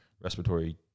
respiratory